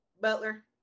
Butler